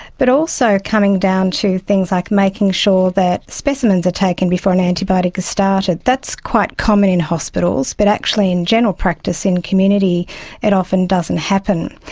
but also coming down to things like making sure that specimens are taken before an antibiotic is started. that's quite common in hospitals, but actually in general practice in community it often doesn't happen.